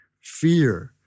fear